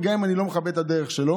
וגם אם אני לא מכבד את הדרך שלו,